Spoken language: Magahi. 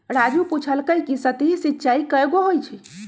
राजू पूछलकई कि सतही सिंचाई कैगो होई छई